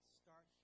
start